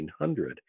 1900